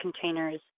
containers